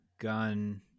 gun